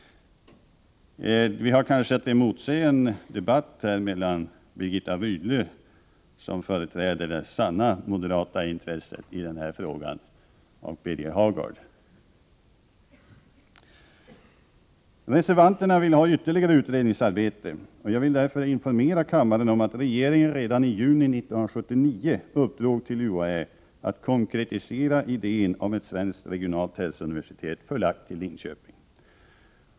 Vi har kanske att emotse en debatt mellan Birgitta Rydle, som företräder det sanna moderata intresset i den här frågan, och Birger Hagård. Reservanterna vill ha ytterligare utredningsarbete. Jag vill därför informera kammaren om att regeringen redan i juni 1979 uppdrog åt UHÄ att konkretisera idén om ett svenskt regionalt hälsouniversitet förlagt till Linköping.